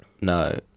no